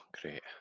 great